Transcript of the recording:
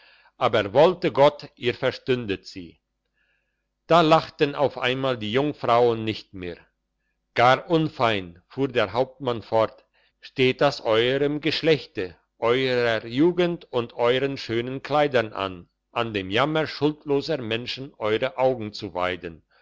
aber wollte gott ihr verstündet sie da lachten auf einmal die jungfrauen nicht mehr gar unfein fuhr der hauptmann fort steht das euerem geschleckte euerer jugend und euren schönen kleidern an an dem jammer schuldloser menschen eure augen zu weiden